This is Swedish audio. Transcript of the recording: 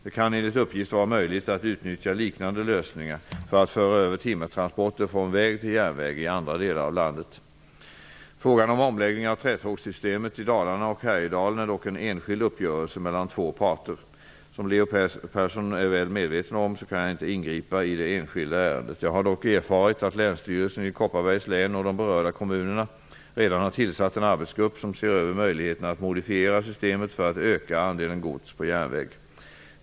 Det kan enligt uppgift vara möjligt att utnyttja liknande lösningar för att föra över timmertransporter från väg till järnväg i andra delar av landet. Dalarna och Härjedalen är dock en enskild uppgörelse mellan två parter. Som Leo Persson är väl medveten om kan jag inte ingripa i det enskilda ärendet. Jag har dock erfarit att länsstyrelsen i Kopparbergs län och de berörda kommunerna redan har tillsatt en arbetsgrupp som ser över möjligheterna att modifiera systemet för att öka andelen gods på järnväg.